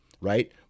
right